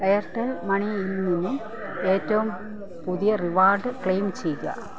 Airtel മണിയിൽ നിന്നും ഏറ്റവും പുതിയ റിവാർഡ് ക്ലെയിം ചെയ്യുക